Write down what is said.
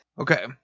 Okay